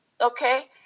Okay